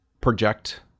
project